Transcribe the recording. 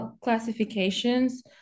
classifications